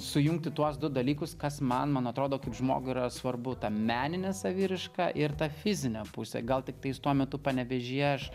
sujungti tuos du dalykus kas man man atrodo kaip žmogui yra svarbu ta meninė saviraiška ir ta fizinė pusė gal tiktais tuo metu panevėžyje aš